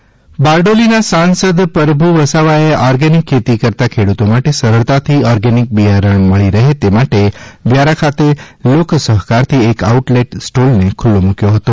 પરભુ વસાવ બારડોલીન સાંપ્સદ શ્રી પરભુ વસાવાયે ઓર્ગેનિક ખેતી કરત ખેડૂતો માટે સરળતાથી ઓર્ગેનિક બિયારણ મળી રહે તે માટે વ્યારા ખાતે લોક સહકારથી એક આઉટલેટ સ્ટોલને ખુલ્લો મૂક્યો હતો